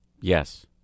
Yes